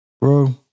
Bro